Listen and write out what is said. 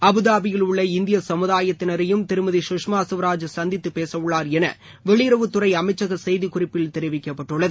அபுதாபியில் உள்ள இந்திய சமுதாயத்தினரையும் திருமதி சுஷ்மா ஸ்வராஜ் சந்தித்து பேச உள்ளார் என வெளியுறவுத்துறை அமைச்சக செய்திக்குறிப்பில் தெரிவிக்கப்பட்டுள்ளது